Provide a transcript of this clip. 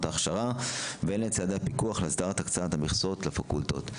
ההכשרה והן לצעדי הפיקוח להסדרת הקצאת המכסות לפקולטות.